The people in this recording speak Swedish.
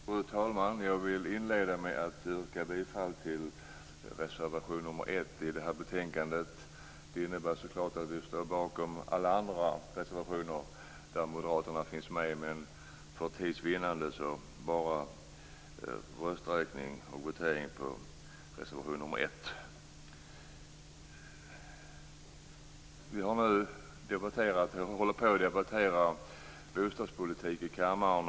Fru talman! Jag vill inleda med att yrka bifall till reservation nr 1 i det här betänkandet. Vi står självfallet bakom alla andra reservationer som moderaterna är inblandade i, men för tids vinnande vill jag att det bara skall vara rösträkning och votering när det gäller reservation nr 1. Vi håller nu på att debattera bostadspolitik i kammaren.